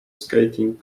skating